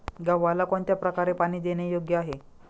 गव्हाला कोणत्या प्रकारे पाणी देणे योग्य आहे?